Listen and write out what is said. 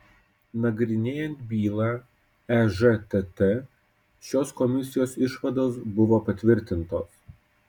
nagrinėjant bylą ežtt šios komisijos išvados buvo patvirtintos